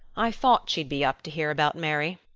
i thought she'd be up to hear about mary.